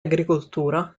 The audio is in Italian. agricoltura